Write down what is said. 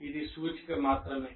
ఇది సూచిక మాత్రమే